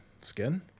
skin